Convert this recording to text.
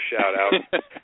shout-out